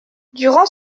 durant